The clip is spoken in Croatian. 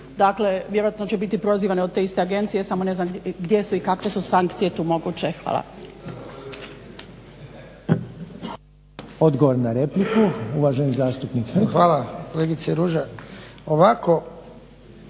Dakle vjerojatno će biti prozivane od te iste agencije samo ne znam gdje su i kakve su sankcije tu moguće. Hvala. **Reiner, Željko (HDZ)** Odgovor na repliku, uvaženi zastupnik Hrg.